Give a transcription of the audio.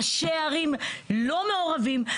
ראשי ערים לא מעורבים,